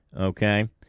Okay